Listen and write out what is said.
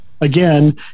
Again